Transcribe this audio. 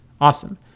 Awesome